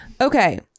okay